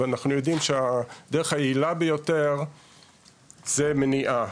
אנחנו יודעים שהדרך היעילה ביותר זו מניעה,